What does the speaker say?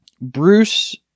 Bruce